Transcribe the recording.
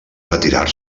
retirar